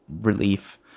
relief